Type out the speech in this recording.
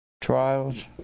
trials